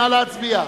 נא להצביע.